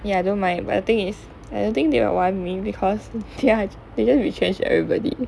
ya I don't mind but the thing is I don't think they don't want me because they are they just retrench everybody